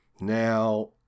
Now